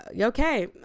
okay